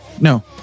No